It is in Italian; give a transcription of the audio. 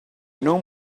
non